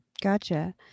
gotcha